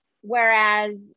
Whereas